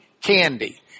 candy